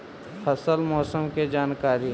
फसल मौसम के जानकारी?